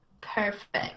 Perfect